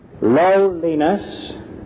lowliness